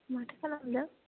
माथो खालामदों